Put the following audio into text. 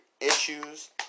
issues